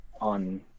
on